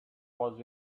was